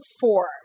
four